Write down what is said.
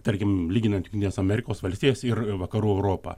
tarkim lyginant jungtines amerikos valstijas ir vakarų europą